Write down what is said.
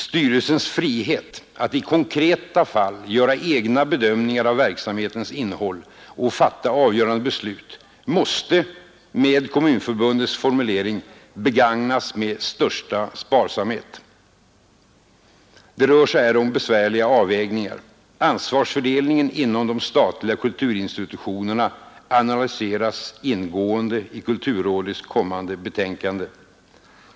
Styrelsens frihet att i konkreta fall göra egna bedömningar av verksamhetens innehåll och fatta avgörande beslut måste — med Kommunförbundets formulering — begagnas med största sparsamhet. Det rör sig här om besvärliga avvägningar. Ansvarsfördelningen inom de statliga kulturinstitutionerna analyseras ingående i kulturrådets kommande betänkande.